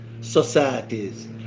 societies